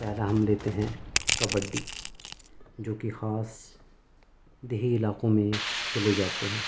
پہلا ہم لیتے ہیں کبڈی جو کہ خاص دیہی علاقوں میں کھیلے جاتے ہیں